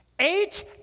eight